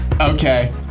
Okay